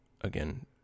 again